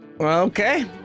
okay